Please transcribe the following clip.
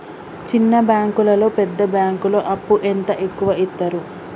చిన్న బ్యాంకులలో పెద్ద బ్యాంకులో అప్పు ఎంత ఎక్కువ యిత్తరు?